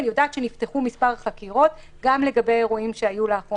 אני יודעת שנפתחו מספר חקירות גם לגבי אירועים שהיו לאחרונה.